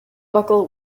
buckle